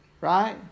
right